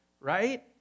right